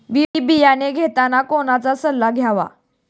बी बियाणे घेताना कोणाचा सल्ला घ्यावा?